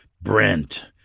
Brent